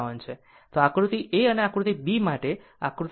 તો આ આકૃતિ a અને આકૃતિ b માટે આકૃતિ c માટે છે